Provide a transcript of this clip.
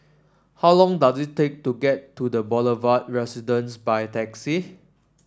how long does it take to get to The Boulevard Residence by taxi